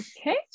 Okay